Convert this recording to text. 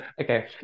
Okay